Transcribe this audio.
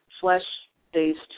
flesh-based